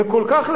וכל כך,